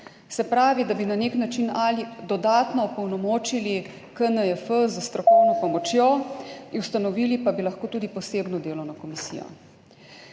Se pravi, da bi na nek način ali dodatno opolnomočili KNJF s strokovno pomočjo, ustanovili pa bi lahko tudi posebno delovno komisijo.